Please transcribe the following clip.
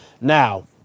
now